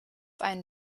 einen